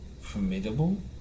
formidable